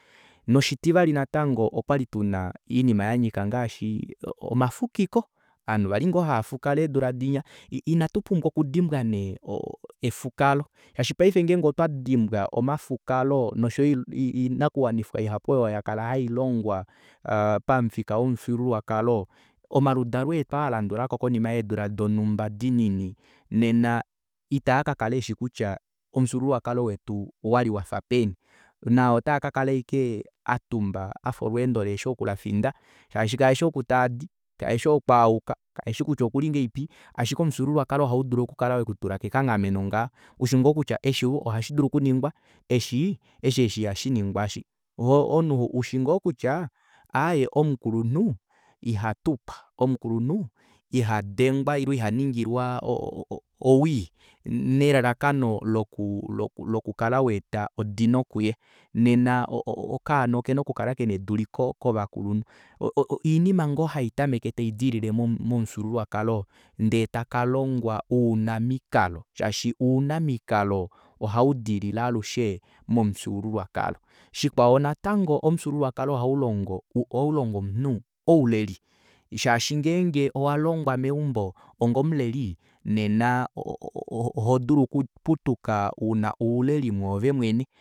Noshitivali natango okwali tuna oinima yanyika ngaashi omafukiko ovanhu vali ngoo hafukala eedula dinya ina tupumbwa okudimbwa nee o- o efukalo shaashi paife ngenge otwadimbwa omafukalo noshoyo oinakuwanifwa ihapu oyo yakala hailongwa aa pamufika womufyuululwakalo omaludalo eetu aalandulako konima yeedula donumba dinini nena itaakakala eshi kutya omufyuululwakalo wetu owali wafa peni naa otaa kakala ashike atumba afa olweendo lihefi oku lafinda shaashi kaeshi oku taadi kaeshi oku ayuka kaeshi kutya okuli ngahelipi ashike omufyuululwakalo ohaudulu okukala wekutula kekanghameno ngoo ushi ngoo kutya eshi ohashidulu okuningwa eshi eshi ihashiningwa eshi omunhu ushi ngoo kutya aaye omukulunhu ihatukwa omukulunhu ihadengwa ile ihaningilwa owii nelalakano loku kala waeta odino kuye nena okaana okena okukala kena eduliko kovakulunhu iinima ngoo haitameke tadilile momufyuululwakalo ndee takalongwa ounamikalo shaashi ounamikalo ohaudilile alushe momufyuululwakalo shikwao natango omufyuululwakalo natango ohaulongo omunhu ouleli shaashi ngenge owalongwa meumbo onga omuleli nena ohodulu okuputuka una ouleli mwoove mwene